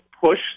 push